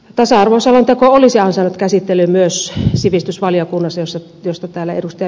tasa arvoselonteko olisi ansainnut käsittelyn myös sivistysvaliokunnassa mistä täällä ed